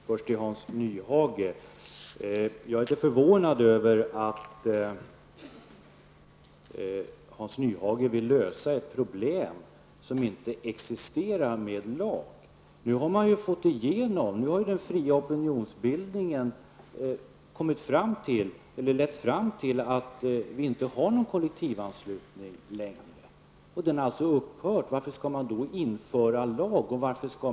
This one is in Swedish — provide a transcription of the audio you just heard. Fru talman! Först några ord till Hans Nyhage. Jag är lite förvånad över att Hans Nyhage lagstiftningsvägen vill lösa ett problem som inte existerar. Den fria opinionsbildningen har ju lett till att vi inte längre har någon kollektivanslutning. Denna har alltså upphört. Varför skall man då lagstifta i det här sammanhanget?